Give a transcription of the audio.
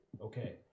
Okay